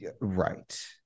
Right